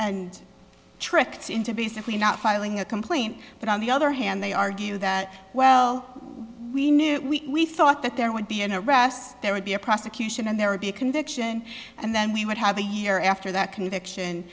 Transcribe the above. and tricked into basically not filing a complaint but on the other hand they argue that well we knew we thought that there would be an arrest there would be a prosecution and there would be a conviction and then we would have a year after that conviction